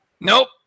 nope